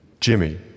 Jimmy